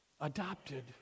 adopted